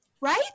Right